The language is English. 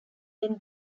then